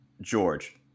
George